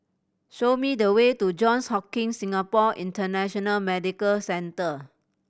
show me the way to Johns Hopkins Singapore International Medical Centre